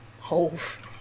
holes